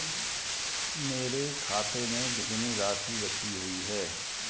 मेरे खाते में कितनी राशि बची हुई है?